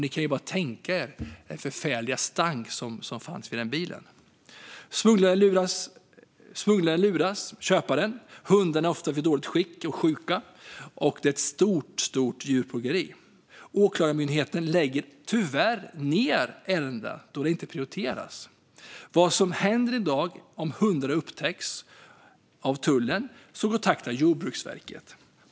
Ni kan bara tänka er den förfärliga stanken i den bilen. Smugglaren lurar köparen. Hundarna är ofta sjuka och i dåligt skick, och det är ett stort djurplågeri. Åklagarmyndigheten lägger tyvärr ned ärenden då detta inte prioriteras. Vad som händer i dag om hundar upptäcks av tullen är att Jordbruksverket kontaktas.